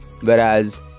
whereas